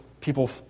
people